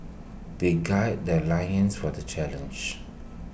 they guide their loins for the challenge